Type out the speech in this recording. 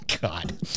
God